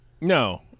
No